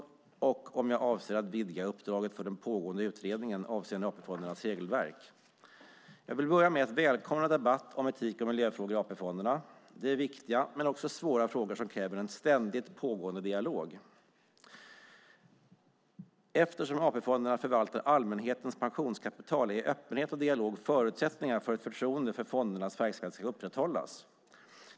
Jens Holm har även frågat om jag avser att vidga uppdraget för den pågående utredningen avseende AP-fondernas regelverk. Jag vill börja med att välkomna debatt om etik och miljöfrågor i AP-fonderna. Det är viktiga men också svåra frågor som kräver en ständigt pågående dialog. Eftersom AP-fonderna förvaltar allmänhetens pensionskapital är öppenhet och dialog förutsättningar för att förtroende för fondernas verksamhet ska upprätthållas.